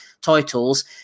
titles